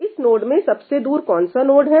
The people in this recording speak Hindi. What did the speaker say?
इस नोड से सबसे दूर कौन सा नोड है